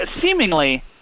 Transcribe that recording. seemingly